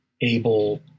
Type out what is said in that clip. able